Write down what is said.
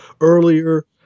earlier